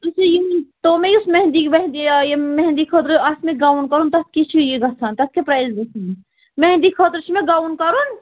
یُس یہِ تۄہہِ مےٚ یُس میٚہِنٛدی ویٚہنٛدی یا یہِ میٚہِنٛدی خٲطرٕ آسہِ مےٚ گاوُن کَرُن تَتھ تِہ چھِ یہِ گَژھان تَتھ کیاہ پرٛایِز گَژھِ میٚہِنٛدی خٲطرٕ چھُ مےٚ گاوُن کَرُن